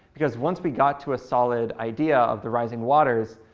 because once we got to a solid idea of the rising waters,